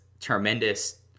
tremendous